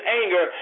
anger